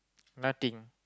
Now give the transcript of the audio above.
nothing